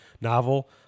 novel